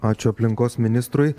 ačiū aplinkos ministrui